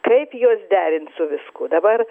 kaip juos derint su viskuo dabar